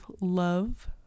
love